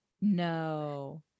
no